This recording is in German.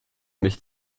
mich